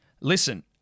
listen